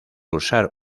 usar